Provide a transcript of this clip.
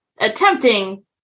Attempting